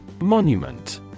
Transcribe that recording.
Monument